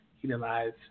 Utilize